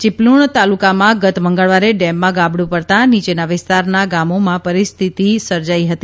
ચિપલુણ તાલુકામાં ગત મંગળવારે ડેમમાં ગાબડુ પડતાં નીચેના વિસ્તારના ગામમાં પરિસ્થિતિ સર્જાઈ હતી